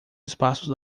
espaços